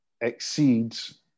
exceeds